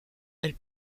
elle